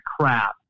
crap